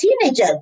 teenager